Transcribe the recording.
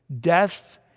Death